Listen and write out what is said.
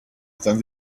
than